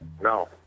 No